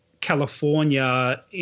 California